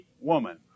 woman